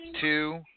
two